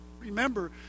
remember